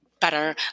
better